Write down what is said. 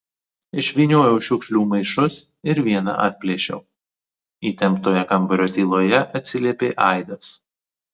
išvyniojau šiukšlių maišus ir vieną atplėšiau įtemptoje kambario tyloje atsiliepė aidas